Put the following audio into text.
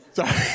Sorry